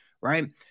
right